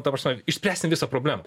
ta prasme išspręsim visą problemą